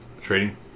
Trading